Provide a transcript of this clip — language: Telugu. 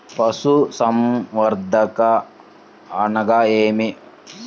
పశుసంవర్ధకం అనగా ఏమి?